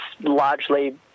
largely